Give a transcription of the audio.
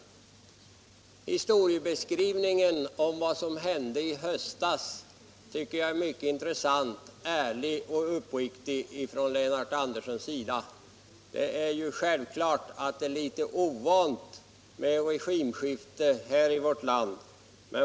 Sedan tycker jag att herr Anderssons historieskrivning om vad som hände i höstas var mycket intressant, ärlig och uppriktig. Det är självfallet litet ovant med regimskifte här i vårt land.